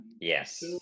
yes